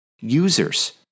users